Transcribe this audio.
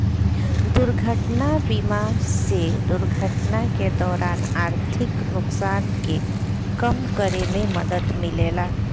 दुर्घटना बीमा से दुर्घटना के दौरान आर्थिक नुकसान के कम करे में मदद मिलेला